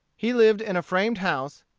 he lived in a framed house,